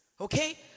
Okay